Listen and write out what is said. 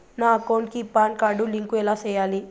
నా అకౌంట్ కి PAN card link ఎలా సేయాలి